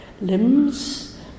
limbs